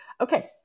Okay